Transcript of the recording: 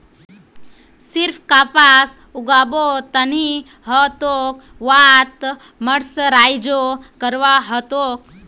सिर्फ कपास उगाबो त नी ह तोक वहात मर्सराइजो करवा ह तोक